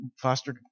foster